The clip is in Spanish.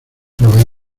nueva